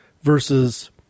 versus